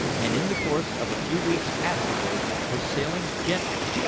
and in the course of a few weeks afterwards were sailing gently,